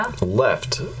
Left